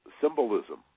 symbolism